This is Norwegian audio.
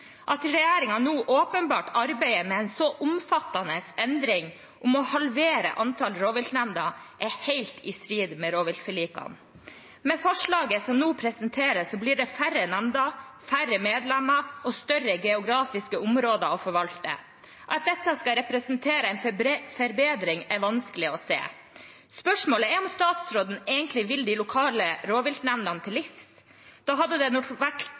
At regjeringen nå åpenbart arbeider med en så omfattende endring som å halvere antall rovviltnemnder, er helt i strid med rovviltforlikene. Med forslaget som nå presenteres, blir det færre nemnder, færre medlemmer og større geografiske områder å forvalte. At dette skal representere en forbedring, er vanskelig å se. Spørsmålet er om statsråden egentlig vil de lokale rovviltnemndene til livs. Da hadde det